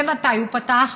ומתי הוא פתח?